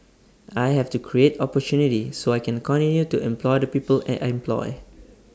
I have to create opportunity so I can continue to employ the people I employ